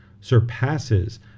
surpasses